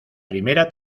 primera